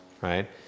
right